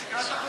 תקרא את החוק.